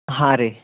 ಹಾಂ ರೀ